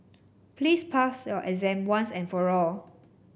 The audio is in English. please pass your exam once and for all